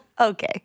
Okay